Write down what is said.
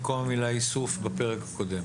וזה במקום המילה "איסוף" בפרק הקודם.